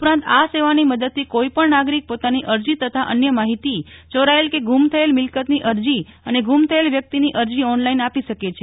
ઉપરાંત આ સેવાની મદદથી કોઇપણ નાગરિક પોતાની અરજી તથા અન્ય માહિતી ચોરાયેલગુમ થયેલ મિલક્તની અરજી અને ગુમ થયેલ વ્યકિતની અરજી ઓનલાઇન આપી શકે છે